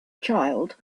child